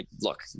look